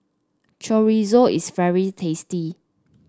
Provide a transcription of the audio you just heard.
chorizo is very tasty